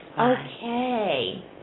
Okay